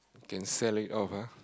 can sell it off ah